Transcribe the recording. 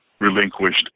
relinquished